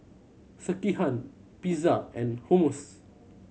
Sekihan Pizza and Hummus